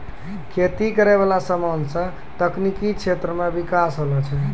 खेती करै वाला समान से तकनीकी क्षेत्र मे बिकास होलो छै